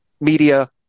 media